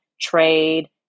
trade